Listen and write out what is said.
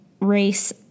race